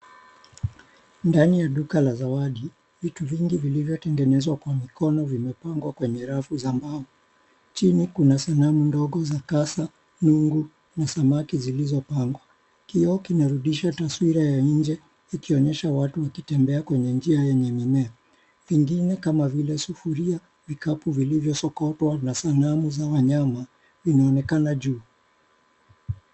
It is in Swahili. Ndani ya duka la zawadi, vitu vingi vilivyotengenezwa kwa mikono vimepangwa kwenye rafu za mbao. Chini kuna sanamu ndogo za kasa, nungu na samaki zilizopangwa. Kioo kinarudisha taswira ya nje kikionyesha watu wakitembea kwenye njia yenye mimea. Vingine kama sufuria, vikapu vilivyosokotwa na sanamu za wanyama vinaonekana juu.